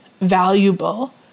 valuable